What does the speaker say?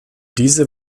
diese